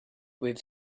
with